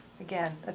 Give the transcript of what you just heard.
again